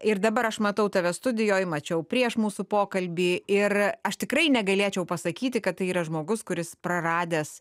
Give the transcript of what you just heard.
ir dabar aš matau tave studijoj mačiau prieš mūsų pokalbį ir aš tikrai negalėčiau pasakyti kad tai yra žmogus kuris praradęs